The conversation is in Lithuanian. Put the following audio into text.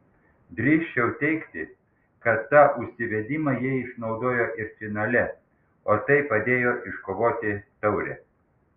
drįsčiau teigti kad tą užsivedimą jie išnaudojo ir finale o tai padėjo iškovoti taurę